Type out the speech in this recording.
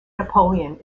napoleon